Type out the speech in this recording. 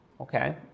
okay